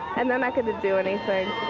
and they're not gonna do anything.